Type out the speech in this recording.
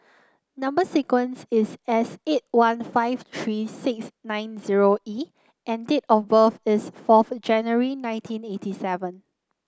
number sequence is S eight one five three six nine zero E and date of birth is fourth January nineteen eighty seven